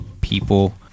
people